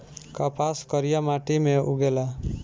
कपास करिया माटी मे उगेला